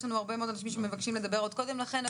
יש לנו הרבה מאוד אנשים שמבקשים לדבר עוד קודם לכן.